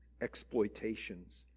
exploitations